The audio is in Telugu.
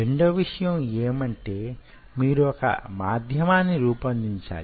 రెండవ విషయం యేమంటే మీరు ఒక మాధ్యమాన్ని రూపొందించాలి